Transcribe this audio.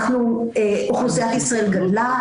אוכלוסיית ישראל גדלה,